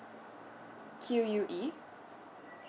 q u e